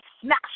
Smash